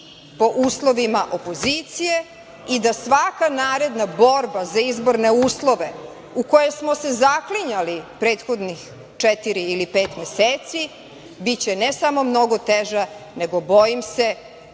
po uslovima opozicije i da svaka naredna borba za izborne uslove u koje smo se zaklinjali prethodnih četiri ili pet meseci će biti ne samo mnogo teža, nego bojim se